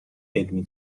علمی